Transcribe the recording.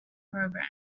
program